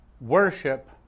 Worship